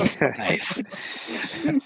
Nice